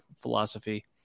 philosophy